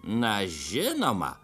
na žinoma